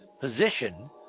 position